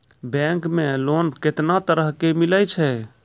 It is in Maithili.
बैंक मे लोन कैतना तरह के मिलै छै?